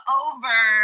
over